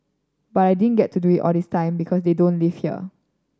but I didn't get to do it this time because they don't live here